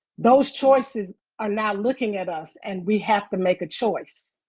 those choices are now looking at us, and we have to make a choice.